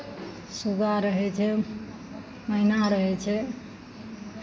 सूगा रहै छै मैना रहै छै